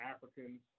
Africans